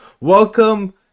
Welcome